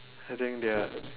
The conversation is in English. I think they are